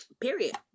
Period